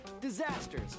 disasters